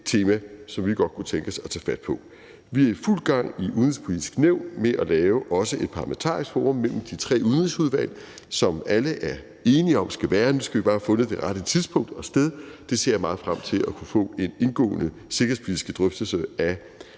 tema, som vi godt kunne tænke os at tage fat på. Vi er i Det Udenrigspolitiske Nævn i fuld gang med også at lave et parlamentarisk forum mellem de tre udenrigsudvalg, som alle er enige om at der skal være. Nu skal vi bare have fundet det rette tidspunkt og sted. Der ser jeg meget frem til at kunne få en indgående sikkerhedspolitisk drøftelse af